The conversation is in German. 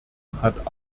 hat